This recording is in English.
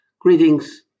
Greetings